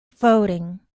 voting